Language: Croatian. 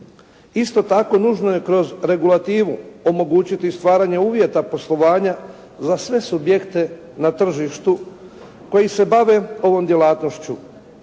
Isto tako, nužno je kroz regulativu omogućiti stvaranje uvjeta poslovanja za sve subjekt na tržištu koji se bave ovom djelatnošću,